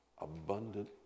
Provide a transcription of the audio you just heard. abundant